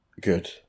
Good